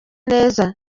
neza